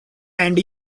and